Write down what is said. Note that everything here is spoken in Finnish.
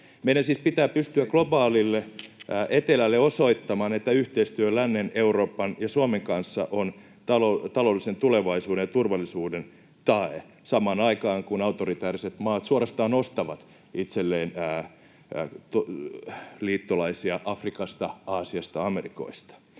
Meidän siis pitää pystyä globaalille etelälle osoittamaan, että yhteistyö lännen, Euroopan ja Suomen kanssa on taloudellisen tulevaisuuden ja turvallisuuden tae, samaan aikaan, kun autoritääriset maat suorastaan ostavat itselleen liittolaisia Afrikasta, Aasiasta, Amerikoista.